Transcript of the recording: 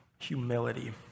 humility